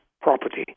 property